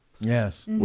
Yes